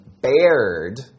bared